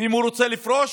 ואם הוא רוצה לפרוש,